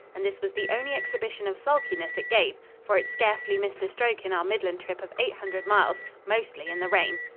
and this was the only exhibition of sulkiness it gave, for it scarcely missed a stroke in our midland trip of eight hundred miles mostly in the rain.